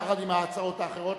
יחד עם ההצעות האחרות,